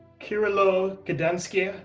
kyrylo keydanskyy,